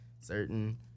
certain